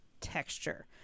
Texture